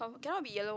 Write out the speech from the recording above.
but cannot be yellow